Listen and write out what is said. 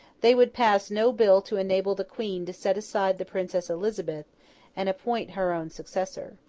they would pass no bill to enable the queen to set aside the princess elizabeth and appoint her own successor.